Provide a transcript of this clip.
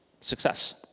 success